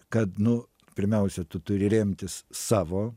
kad nu pirmiausia tu turi remtis savo